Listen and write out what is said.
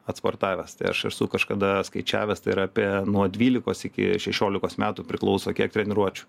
atsportavęs tai aš esu kažkada skaičiavęs tai yra apie nuo dvylikos iki šešiolikos metų priklauso kiek treniruočių